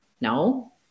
No